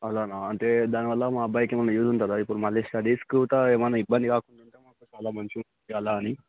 అలానా అంటే దానివల్ల మా అబ్బాయికి ఏమన్న యూజ్ ఉంటుందా ఇప్పుడు మళ్ళీ స్టడీస్కు కూడా ఏమన్న ఇబ్బంది కాకుండా చాలా మంచిగా ఉంటుందా అలా అని